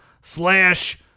slash